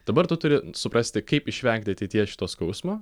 dabar tu turi suprasti kaip išvengti ateityje šito skausmo